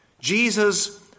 Jesus